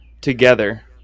together